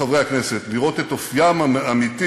חברי הכנסת, לראות את אופיים האמיתי